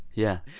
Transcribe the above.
yeah.